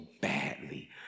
badly